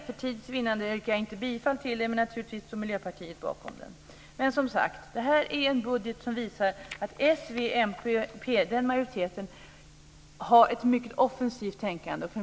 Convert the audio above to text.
För tids vinnande yrkar jag inte bifall till den, men naturligtvis står Miljöpartiet bakom den. Detta är som sagt en budget som visar att majoriteten med s, v och mp har ett mycket offensivt tänkande.